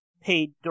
paid